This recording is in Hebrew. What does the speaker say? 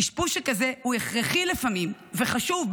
אשפוז שכזה הוא הכרחי לפעמים וחשוב,